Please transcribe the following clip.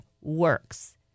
works